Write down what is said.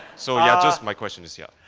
so yeah just my question is, yeah.